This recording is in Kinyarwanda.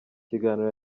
kiganiro